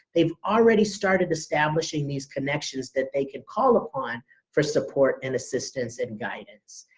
they've already started establishing these connections that they could call upon for support and assistance and guidance.